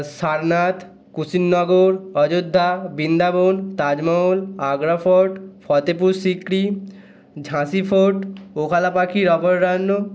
Sarnath Kushinagar Ayodhya Vrindavan Taj Mahal Agra fort Fatehpur Sikri ঝাঁসি fort Okhla পাখি অভয়ারণ্য